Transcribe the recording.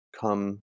come